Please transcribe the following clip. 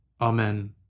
Amen